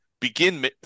begin